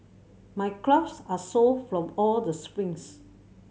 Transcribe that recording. my calves are sore from all the sprints